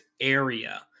area